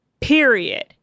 period